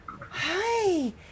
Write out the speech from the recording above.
Hi